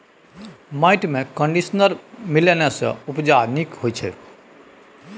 माटिमे कंडीशनर मिलेने सँ उपजा नीक होए छै